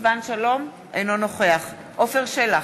אינו נוכח עפר שלח,